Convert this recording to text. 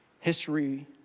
history